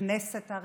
הכנסת הריקה,